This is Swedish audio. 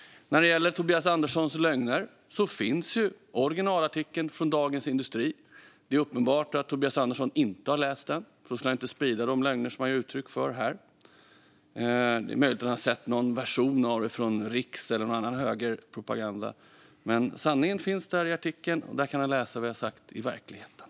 När det gäller Tobias Anderssons lögner finns originalartikeln från Dagens industri. Det är uppenbart att Tobias Andersson inte har läst den, för då skulle han inte sprida de lögner som han ger uttryck för här. Det är möjligt att han har sett någon version av det i Riks eller någon annan högerpropaganda, men sanningen finns där i artikeln. Där kan han läsa vad jag har sagt i verkligheten.